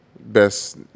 Best